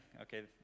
Okay